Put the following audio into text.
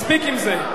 מספיק עם זה.